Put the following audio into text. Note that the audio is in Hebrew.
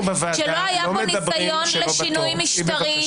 אצלנו בוועדה לא מדברים שלא בתור.